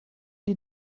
die